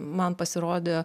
man pasirodė